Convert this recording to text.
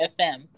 FM